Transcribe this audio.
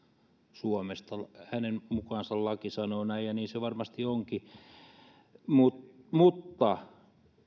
suomesta hänen mukaansa laki sanoo näin ja niin se varmasti onkin mutta